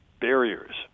barriers